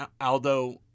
Aldo